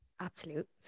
Absolute